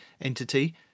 entity